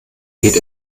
geht